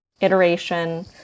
iteration